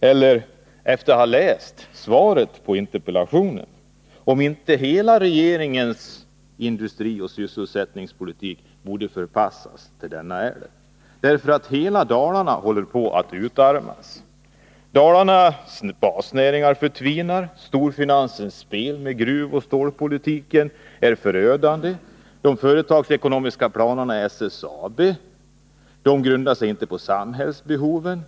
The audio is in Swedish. Efter att ha läst svaret på interpellationen måste jag fråga mig om inte regeringens hela industrioch sysselsättningspolitik borde förpassas till ”älva”. Hela Dalarna håller på att utarmas. Dalarnas basnäringar förtvinar. Storfinansens spel med gruvoch stålpolitiken är förödande. SSAB:s företagsekonomiska planer grundar sig inte på samhällsbehoven.